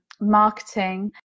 marketing